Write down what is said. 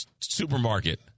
supermarket